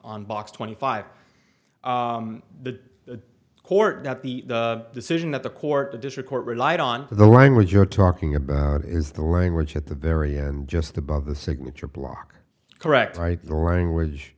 box twenty five the court that the decision that the court the district court relied on the language you're talking about is the way in which at the very end just above the signature block correct right the language